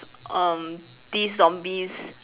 um this zombies